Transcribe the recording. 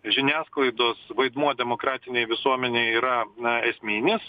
žiniasklaidos vaidmuo demokratinėj visuomenėj yra na esminius